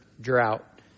drought